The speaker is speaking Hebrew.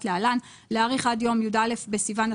להלן: להאריך עד יום י"א בסיון תשפ"ג,